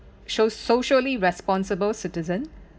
so~ socially responsible citizen